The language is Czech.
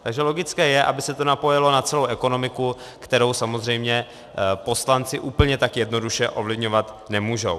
Takže logické je, aby se napojilo na celou ekonomiku, kterou samozřejmě poslanci úplně tak jednoduše ovlivňovat nemůžou.